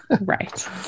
Right